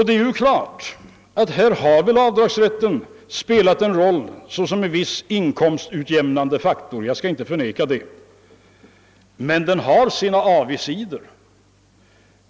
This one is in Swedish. Det är klart att här har avdragsrätten spelat en viss roll som inkomstutjämnande faktor — det skall jag inte förneka. Men den har sina avigsidor.